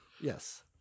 Yes